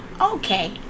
okay